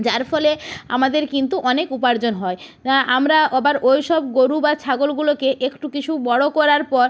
যার ফলে আমাদের কিন্তু অনেক উপার্জন হয় আমরা আবার ওই সব গোরু বা ছাগলগুলোকে একটু কিছু বড় করার পর